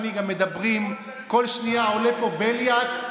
בכל שנייה עולה לפה בליאק,